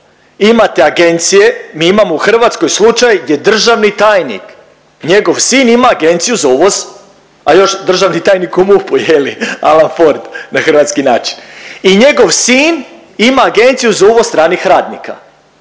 imate agencije mi imao u Hrvatskoj slučaj gdje državni tajnik njegov sin ima agenciju za uvoz, a još je državni tajnik u MUP-u je li Alan Ford na hrvatski način i njegov sin ima agenciju za uvoz stranih radnika.